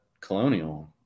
Colonial